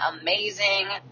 amazing